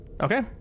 Okay